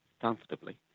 comfortably